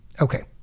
Okay